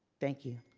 thank you.